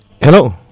Hello